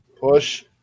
push